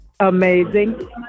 Amazing